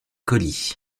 colis